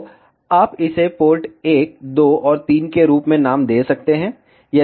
तो आप इसे पोर्ट 1 2 और 3 के रूप में नाम दे सकते हैं